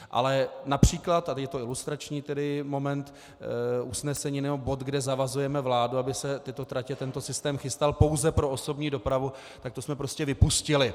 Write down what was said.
Ale například, tady je to ilustrační moment usnesení nebo bod, kde zavazujeme vládu, aby se tyto tratě, tento systém chystal pouze pro osobní dopravu, tak to jsme prostě vypustili.